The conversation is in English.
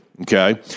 Okay